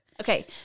Okay